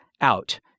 out